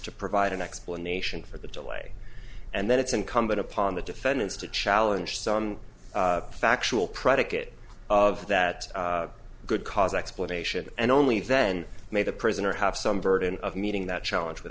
to provide an explanation for the delay and that it's incumbent upon the defendants to challenge some factual predicate of that good cause explanation and only then made the prisoner have some burden of meeting that challenge